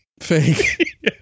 Fake